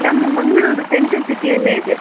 ನಮ್ಮದು ಮಂಗಳೂರು ಸೆಂಟ್ರಲ್ ಸಿಟಿಯಲ್ಲೇ ಇದೆ